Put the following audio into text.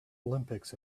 olympics